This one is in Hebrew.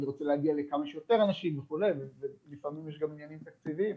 אני רוצה להגיע לכמה שיותר אנשים וכו' ולפעמים יש גם עניינים תקציביים.